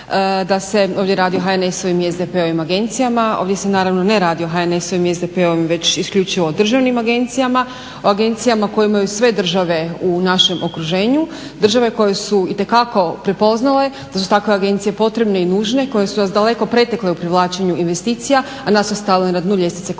da se ovdje radi o HNS-ovim i SDP-ovim agencijama. Ovdje se naravno ne radi o HNS-ovim i SDP-ovim već isključivo o državnim agencijama, o agencijama koje imaju sve države u našem okruženju, države koje su itekako prepoznale da su takve agencije potrebne i nužne, koje su vas daleko pretekle u privlačenju investicija, a nas ostavile na dnu ljestvice konkurentnosti.